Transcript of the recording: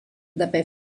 dabei